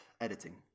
editing